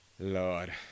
Lord